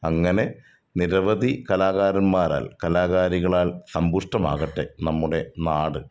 അങ്ങനെ നിരവധി കലാകാരന്മാരാൽ കലാകാരികളാൽ സംമ്പുഷ്ഠമാകട്ടെ നമ്മുടെ നാട്